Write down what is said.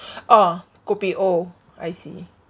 ah kopi O I see